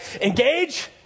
engage